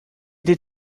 did